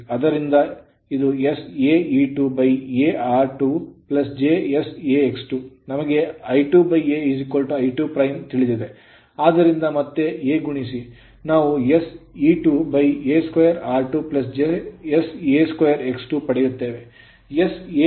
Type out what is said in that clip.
ಆದ್ದರಿಂದ ಇದು saE2 a r2 j s aX2 ನಮಗೆ I2a I2' ತಿಳಿದಿದೆ ಆದ್ದರಿಂದ ಮತ್ತೆ a ಗುಣಿಸಿ ನಾವು SE2 a2r2 jsa2X 2 ಪಡೆಯುತ್ತೇವೆ